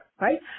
right